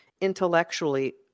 intellectually